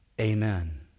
Amen